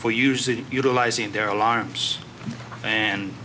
for usage utilizing their alarms and